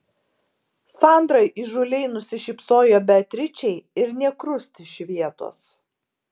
sandra įžūliai nusišypsojo beatričei ir nė krust iš vietos